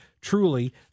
truly